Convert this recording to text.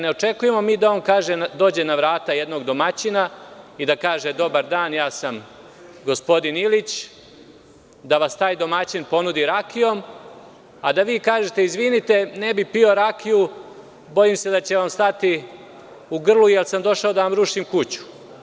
Ne očekujemo mi da on dođe na vrata jednog domaćina i da kaže – dobar dan, ja sam gospodin Ilić, da vas taj domaćin ponudi rakijom, a da vi kažete: „izvinite, ne bih pio rakiju, bojim se da će vam stati u grlu, jer sam došao da vam rušim kuću“